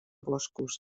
boscos